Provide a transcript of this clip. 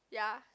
ya